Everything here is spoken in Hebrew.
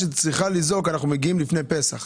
מגיעים עוד מעט לפסח